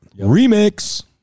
Remix